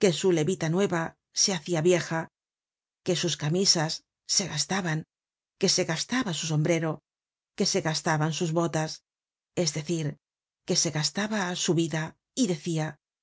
que su levita nueva se hacia vieja que sus camisas se gastaban que se gastaba su sombrero que se gastaban sus botas es decir que se gastaba su vida y decia